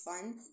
fun